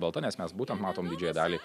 balta nes mes būtent matom didžiąją dalį